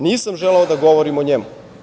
Nisam želeo da govorim o njemu.